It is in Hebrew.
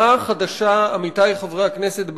עמיתי חברי הכנסת,